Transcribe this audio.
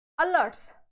alerts